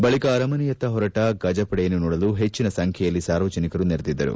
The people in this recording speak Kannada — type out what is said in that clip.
ಬಳಿಕ ಅರಮನೆಯತ್ತ ಹೊರಟ ಗಜಪಡೆಯನ್ನು ನೋಡಲು ಹೆಚ್ಚನ ಸಂಖ್ಯೆಯಲ್ಲಿ ಸಾರ್ವಜನಿಕರು ನೆರೆದಿದ್ದರು